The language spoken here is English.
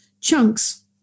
chunks